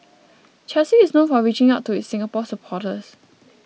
Chelsea is known for reaching out to its Singapore supporters